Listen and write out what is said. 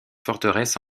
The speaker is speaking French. forteresse